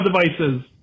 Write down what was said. devices